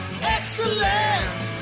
Excellent